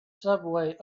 subway